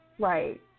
Right